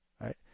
Right